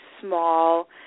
small